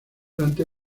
durante